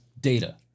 data